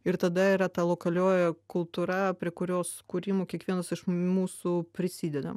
ir tada yra ta lokalioji kultūra prie kurios kūrimo kiekvienas iš mūsų prisidedam